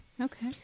Okay